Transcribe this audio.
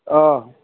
অঁ